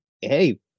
hey